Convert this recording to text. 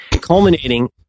Culminating